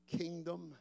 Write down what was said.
kingdom